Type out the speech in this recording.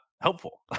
helpful